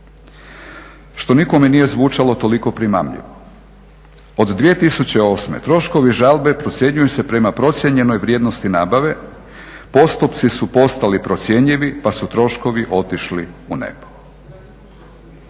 što nikome nije zvučalo toliko primamljivo. Od 2008. troškovi žalbe procjenjuju se prema procijenjenoj vrijednosti nabave, postupci su postali procjenjivi pa su troškova otišli u nebo.